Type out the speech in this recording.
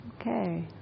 Okay